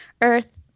Earth